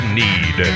need